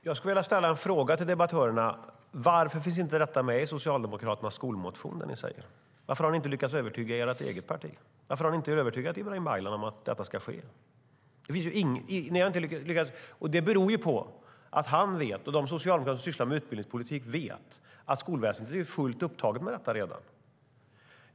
Fru talman! Jag skulle vilja fråga debattörerna: Varför finns inte det som ni säger med i Socialdemokraternas skolmotion? Varför har ni inte lyckats övertyga ert eget parti? Varför har ni inte övertygat Ibrahim Baylan om att detta ska ske? Det beror på att han och de socialdemokrater som sysslar med utbildningspolitik vet att skolväsendet redan är fullt upptaget med detta.